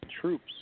troops